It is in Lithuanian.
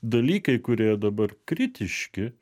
dalykai kurie dabar kritiški